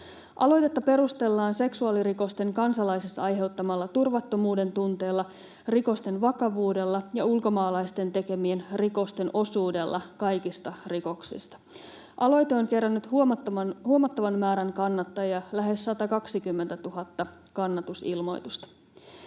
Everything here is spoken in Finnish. Aloitetta perustellaan seksuaalirikosten kansalaisissa aiheuttamalla turvattomuudentunteella, rikosten vakavuudella ja ulkomaalaisten tekemien rikosten osuudella kaikista rikoksista. Aloite on kerännyt huomattavan määrän kannattajia, lähes 120 000 kannatusilmoitusta.